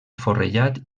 forrellat